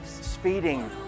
speeding